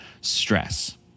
stress